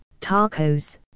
tacos